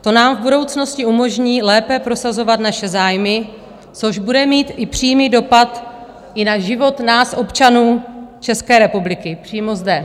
To nám v budoucnosti umožní lépe prosazovat naše zájmy, což bude mít i přímý dopad i na život nás občanů České republiky přímo zde.